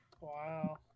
Wow